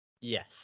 Yes